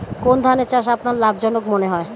কোন ধানের চাষ আপনার লাভজনক মনে হয়?